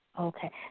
Okay